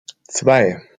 zwei